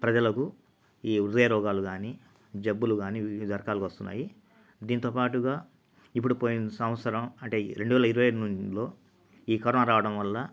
ప్రజలకు ఈ హృదయ రోగాలు కానీ జబ్బులు కానీ వివిధ రకాలుగా వస్తున్నాయి దీంతోపాటుగా ఇప్పుడు పోయిన సంవత్సరం అంటే రెండు వేల ఇరవై మ్ లో ఈ కరోనా రావడం వల్ల